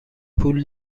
پول